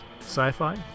Sci-fi